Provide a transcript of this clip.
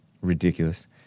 Ridiculous